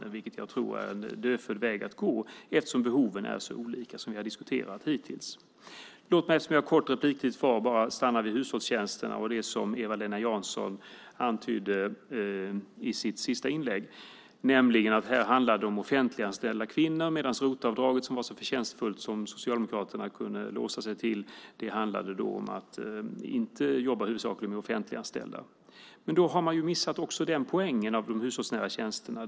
Jag tror att det är en dödfödd väg att gå eftersom behoven är så olika. Det har vi ju också diskuterat hittills. Eftersom jag har så kort talartid kvar stannar jag vid hushållstjänsterna. Eva-Lena Jansson antydde i sitt sista inlägg att det handlar om offentliganställda kvinnor medan rotavdraget, som tydligen är så förtjänstfullt och som Socialdemokraterna kunde låsa sig till, handlar om att inte huvudsakligen jobba med offentliganställda. Men då har man missat också den poängen med de hushållsnära tjänsterna!